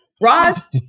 Ross